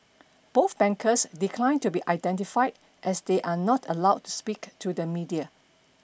both bankers declined to be identified as they are not allowed to speak to the media